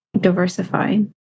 diversifying